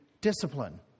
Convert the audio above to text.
discipline